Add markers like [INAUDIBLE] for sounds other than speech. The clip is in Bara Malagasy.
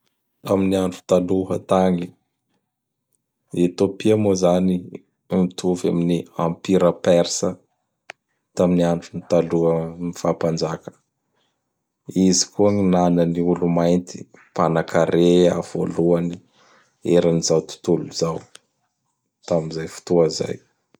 [NOISE] Tam andro taloha tagny; [NOISE] Etopia moa zany mitovy amin'ny ampira Persa [NOISE] tamin'ny andron'ny taloha ny faha mpanjaka. Izy koa gn nana ny olo mainty mpanakarea vôloany eran'izao tontolo zao [NOISE] tamizay fotoa zay.